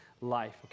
life